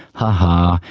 ha ha,